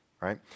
right